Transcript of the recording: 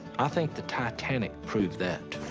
i think the titanic proved that.